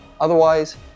otherwise